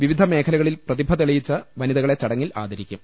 വിവിധ മേഖലകളിൽ പ്രതിഭ തെളിയിച്ച വനിത കളെ ചടങ്ങിൽ ആദരിക്കും